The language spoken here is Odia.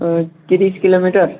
ତିରିଶ କିଲୋମିଟର